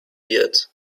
wird